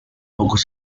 pocos